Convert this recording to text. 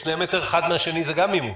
שני מטר זה מזה, זה גם עימות.